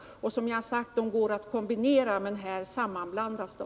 De går som jag har sagt att kombinera, men här sammanblandas de.